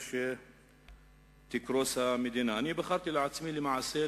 המדינה כנראה תקרוס.